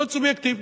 מאוד סובייקטיבי.